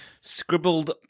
scribbled